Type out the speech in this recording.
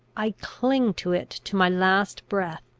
i cling to it to my last breath.